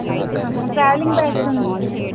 ఆహా travelling bags ఉంటాయా